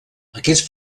aquests